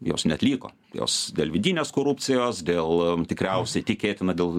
jos neatliko jos dėl vidinės korupcijos dėl tikriausiai tikėtina dėl